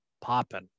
popping